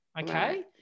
Okay